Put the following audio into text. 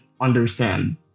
understand